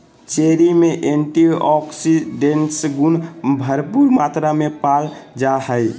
cherry में antioxidants गुण भरपूर मात्रा में पावल जा हइ